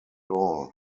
all